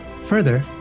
Further